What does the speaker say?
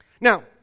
Now